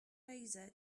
razor